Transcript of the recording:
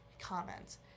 comments